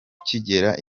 kigira